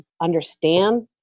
understand